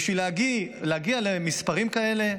בשביל להגיע למספרים כאלה,